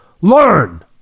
Learn